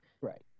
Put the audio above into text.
Right